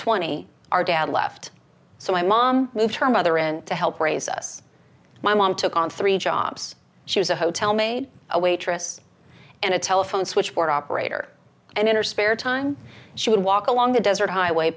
twenty our dad left so my mom moved her mother in to help raise us my mom took on three jobs she was a hotel maid a waitress and a telephone switchboard operator and in her spare time she would walk along the desert highway